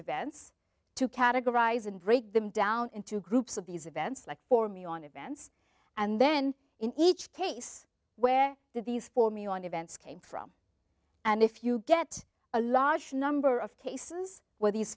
events to categorize and break them down into groups of these events like for me on events and then in each case where these for me on events came from and if you get a large number of cases where these